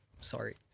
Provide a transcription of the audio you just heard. sorry